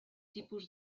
tipus